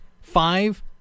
Five